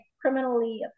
criminally